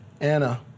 Anna